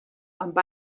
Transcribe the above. amb